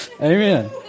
Amen